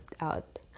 out